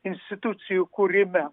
institucijų kūrime